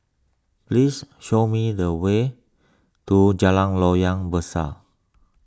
please show me the way to Jalan Loyang Besar